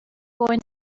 going